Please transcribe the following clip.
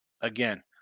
again